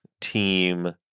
team